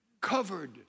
Covered